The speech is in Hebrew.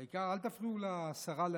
העיקר, אל תפריעו לשרה להקשיב,